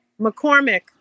McCormick